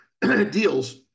deals